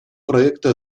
проекта